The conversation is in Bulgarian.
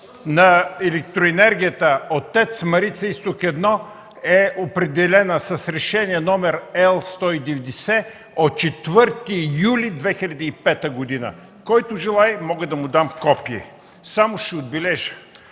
на електроенергията от ТЕЦ „Марица Изток 1” е определена с Решение № L 190 от 4 юли 2005 г. – който желае, мога да му дам копие. Само ще отбележа,